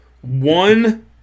one